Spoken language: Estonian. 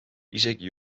isegi